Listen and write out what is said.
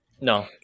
No